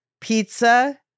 pizza